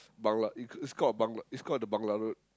Bangla it it's called a Bangla it's called the Bangla-Road